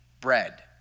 bread